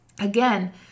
again